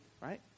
right